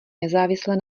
nezávisle